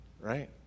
right